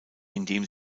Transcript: indem